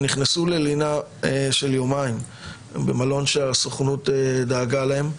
הם נכנסו ללינה של יומיים במלון שהסוכנות דאגה לו.